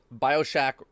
Bioshock